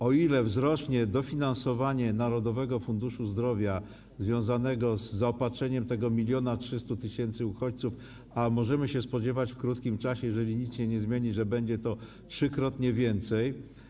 O ile wzrośnie dofinansowanie Narodowego Funduszu Zdrowia w związku z zaopatrzeniem tych 1300 tys. uchodźców - a możemy się spodziewać w krótkim czasie, jeżeli nic się nie zmieni, że będzie ich trzykrotnie więcej?